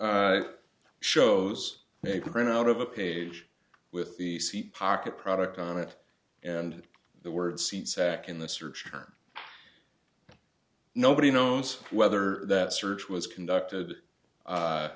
shows they can print out of a page with the seat pocket product on it and the word seat sack in the search term nobody knows whether that search was conducted